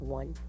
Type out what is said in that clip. one